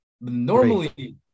Normally